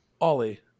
ollie